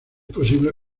posible